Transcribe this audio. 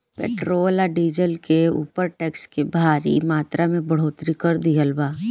petrol आ diesel के ऊपर टैक्स के भारी मात्रा में बढ़ोतरी कर दीहल बा